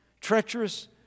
treacherous